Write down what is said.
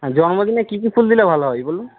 হ্যাঁ জন্মদিনে কী কী ফুল দিলে ভালো হয় বলুন